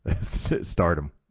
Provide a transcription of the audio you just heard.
stardom